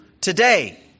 today